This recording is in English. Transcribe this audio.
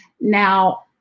Now